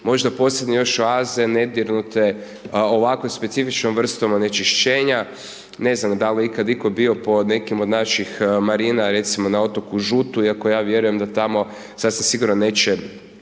možda posljednje još oaze nedirnute ovako specifičnom vrstom onečišćenja, ne znam da li je ikad itko bio po nekim od naših marina, recimo na otoku Žutu, iako ja vjerujem da tamo sasvim sigurno neće